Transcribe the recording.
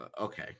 okay